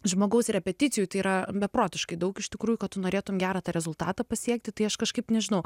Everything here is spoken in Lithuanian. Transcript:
žmogaus repeticijų tai yra beprotiškai daug iš tikrųjų kad tu norėtum gerą tą rezultatą pasiekti tai aš kažkaip nežinau